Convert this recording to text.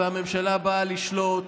והממשלה באה לשלוט,